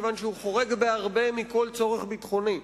כי הוא חורג בהרבה מכל צורך ביטחוני.